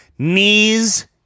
Knees